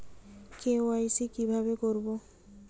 KYC কিভাবে করব?